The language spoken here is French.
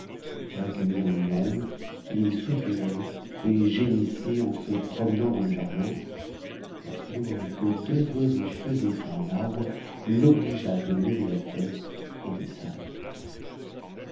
recueilli en lui-même il soupirait et gémissait en se dans te jardin lorsque le bruit que deux oiseaux faisaient n t arbre l'obligea de lever ia tête et de s'arrêter